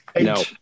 No